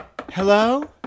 Hello